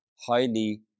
highly